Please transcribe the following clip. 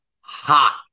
Hot